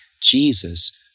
Jesus